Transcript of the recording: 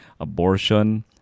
abortion